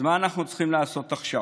אז מה אנחנו צריכים לעשות עכשיו?